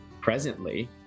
presently